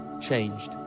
changed